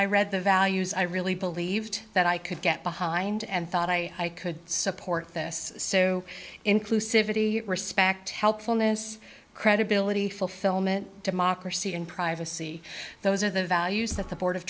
i read the values i really believed that i could get behind and thought i could support this so inclusive of the respect helpfulness credibility fulfillment democracy and privacy those are the values that the board of